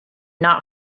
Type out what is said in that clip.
not